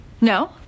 No